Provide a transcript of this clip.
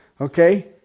Okay